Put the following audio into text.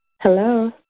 Hello